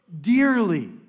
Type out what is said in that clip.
dearly